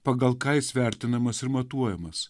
pagal ką jis vertinamas ir matuojamas